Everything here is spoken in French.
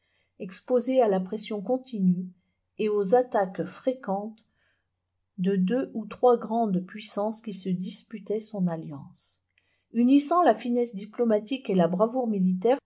exposé à la pression continue et aux attaques fréquentes de deux ou trois grandes puissances qui se disputaient son alliance unissant la finesse diplomatique et la bravoure militaire